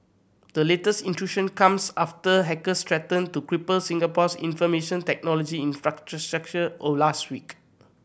the latest intrusion comes after hackers threatened to cripple Singapore's information technology infrastructure or last week